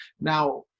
Now